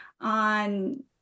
on